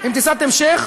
עם טיסת המשך,